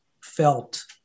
felt